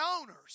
owners